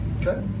Okay